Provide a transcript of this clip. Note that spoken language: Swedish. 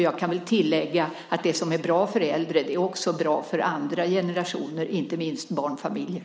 Jag kan tillägga att det som är bra för äldre också är bra för andra generationer och inte minst för barnfamiljer.